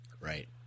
Right